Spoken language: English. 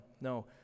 No